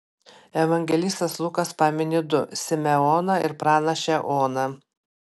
evangelistas lukas pamini du simeoną ir pranašę oną